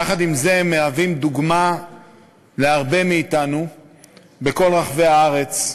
יחד עם זה הם מהווים דוגמה להרבה מאתנו בכל רחבי הארץ,